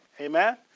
Amen